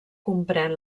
comprèn